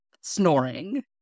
snoring